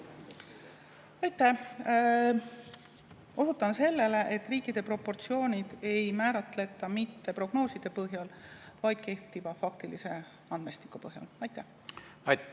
Aitäh! Osutan sellele, et riikide proportsioone ei määratleta mitte prognooside põhjal, vaid kehtiva faktilise andmestiku põhjal. Aitäh! Osutan